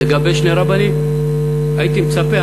לגבי שני רבנים הייתי מצפה,